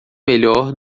melhor